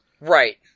Right